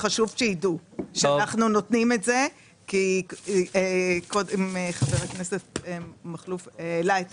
זה חשוב שידעו שאנחנו נותנים את זה כי קודם חבר הכנסת מקלב העלה את